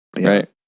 Right